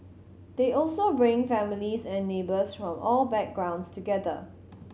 they also bring families and neighbours from all backgrounds together